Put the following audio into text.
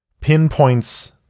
pinpoints